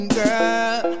girl